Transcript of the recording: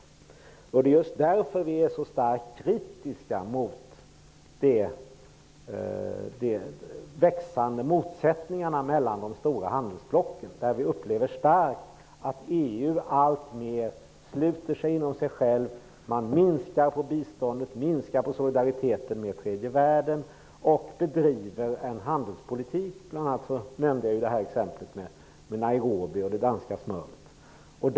Just därför är vi så starkt kritiska mot de växande motsättningarna mellan de stora handelsblocken, där vi starkt upplever att EU alltmer sluter sig inom sig självt. Man minskar biståndet och minskar solidariteten med tredje världen samt bedriver en handelspolitik, bl.a. som i exemplet jag nämnde om Nairobi och det danska smöret.